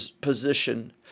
position